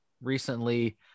recently